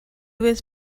was